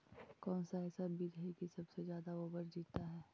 कौन सा ऐसा बीज है की सबसे ज्यादा ओवर जीता है?